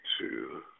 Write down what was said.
two